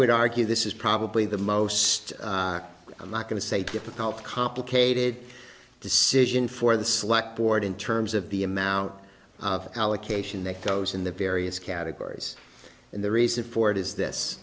would argue this is probably the most i'm not going to say difficult complicated decision for the slack board in terms of the amount of allocation that goes in the various categories and the reason for it is this